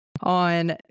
On